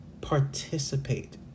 participate